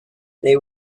they